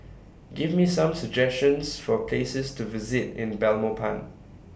Give Me Some suggestions For Places to visit in Belmopan